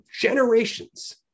generations